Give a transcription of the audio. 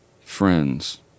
friends